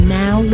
now